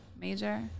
Major